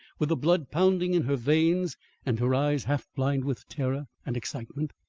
with the blood pounding in her veins and her eyes half blind with terror and excitement?